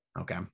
Okay